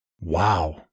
Wow